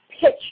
pitch